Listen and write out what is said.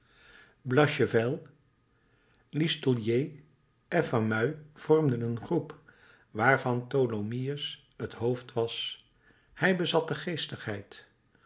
listolier en fameuil vormden een groep waarvan tholomyès het hoofd was hij bezat de